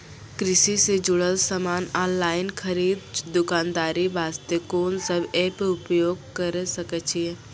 कृषि से जुड़ल समान ऑनलाइन खरीद दुकानदारी वास्ते कोंन सब एप्प उपयोग करें सकय छियै?